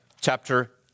chapter